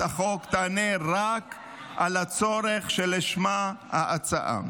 החוק תענה רק על הצורך שלשמה הוצעה.